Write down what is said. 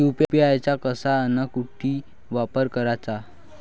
UPI चा कसा अन कुटी वापर कराचा?